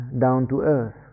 down-to-earth